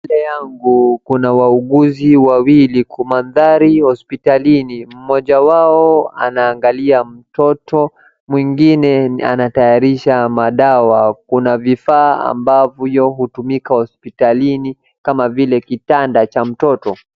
Mbele yangu kuna wauguzi wawili kumandhari hospitalini. Mmoja wao anaangalia mtoto mwingine anatayarisha madawa kuna vifaa ambavyo hutumika hospitalini kama vile kitanda cha mtoto.